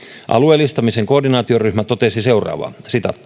alueellistamisen koordinaatioryhmä totesi seuraavaa